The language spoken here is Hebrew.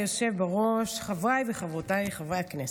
אדוני היושב בראש, חבריי וחברותיי חברי הכנסת,